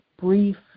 brief